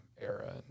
era